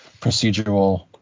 procedural